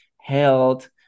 health